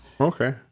Okay